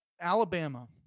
Alabama